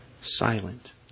silent